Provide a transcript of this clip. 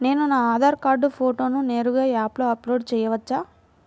నేను నా ఆధార్ కార్డ్ ఫోటోను నేరుగా యాప్లో అప్లోడ్ చేయవచ్చా?